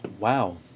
Wow